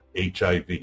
HIV